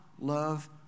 love